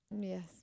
Yes